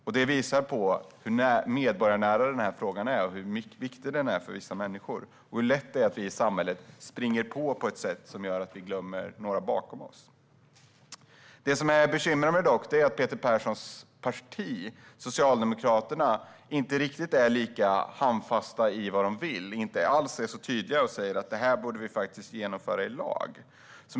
Detta visar hur medborgarnära den här frågan är och hur viktig den är för vissa människor. Det är lätt att vi i samhället springer iväg på ett sätt som gör att vi glömmer några bakom oss. Det som bekymrar mig är dock att Peter Perssons parti, Socialdemokraterna, inte riktigt är lika handfasta med vad man vill. Man är inte tydlig och säger att detta är något som vi borde genomföra i lag.